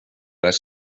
les